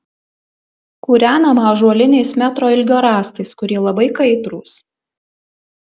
kūrenama ąžuoliniais metro ilgio rąstais kurie labai kaitrūs